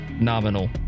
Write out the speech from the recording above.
nominal